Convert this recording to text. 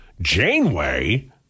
Janeway